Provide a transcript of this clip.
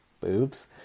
boobs